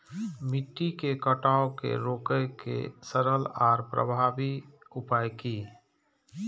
मिट्टी के कटाव के रोके के सरल आर प्रभावी उपाय की?